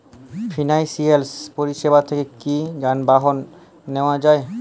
Financial পরিসেবা থেকে কি যানবাহন নেওয়া যায়?